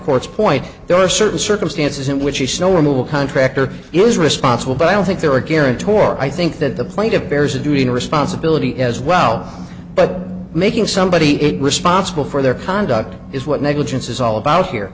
court's point there are certain circumstances in which the snow removal contractor is responsible but i don't think there are a guarantor i think that the plaintiff bears a duty and responsibility as well but making somebody it responsible for their conduct is what negligence is all about here